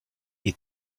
est